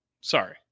Sorry